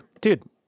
Dude